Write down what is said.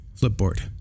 Flipboard